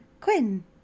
Quinn